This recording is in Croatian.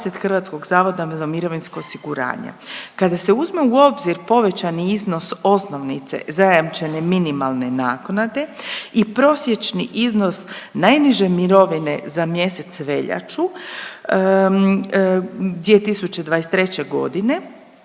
politike, Glava 20 HZMO-a. Kada se uzme u obzir povećani iznos osnovice zajamčene minimalne naknade i prosječni iznos najniže mirovine za mjesec veljaču 2023. godine